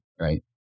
right